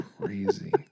crazy